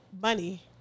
money